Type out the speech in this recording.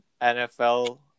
NFL